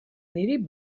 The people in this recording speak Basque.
niri